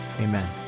amen